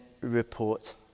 report